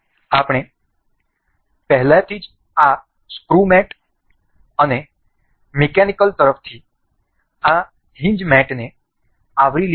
આપણે પહેલાથી જ આ સ્ક્રુ મેટ અને મિકેનિકલ તરફથી આ હિન્જ મેટને આવરી લીધું છે